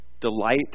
Delight